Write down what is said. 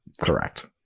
correct